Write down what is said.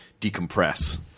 decompress